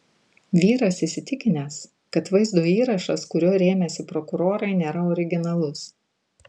vyras įsitikinęs kad vaizdo įrašas kuriuo rėmėsi prokurorai nėra originalus